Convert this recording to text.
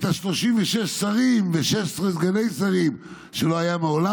את 36 השרים ו-16 סגנים השרים" שלא היו מעולם,